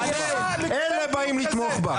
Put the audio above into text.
אלה באים לתמוך בך,